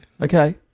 Okay